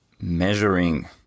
measuring